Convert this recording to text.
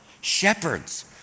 shepherds